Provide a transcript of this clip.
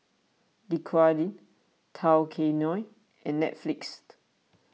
Dequadin Tao Kae Noi and Netflix